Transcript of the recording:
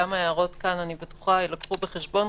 אני בטוחה שההערות כאן יילקחו בחשבון,